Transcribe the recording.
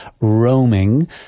roaming